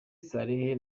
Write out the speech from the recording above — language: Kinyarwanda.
saleh